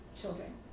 children